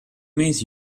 miss